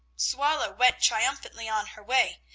swallow went triumphantly on her way,